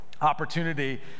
opportunity